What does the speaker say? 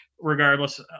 regardless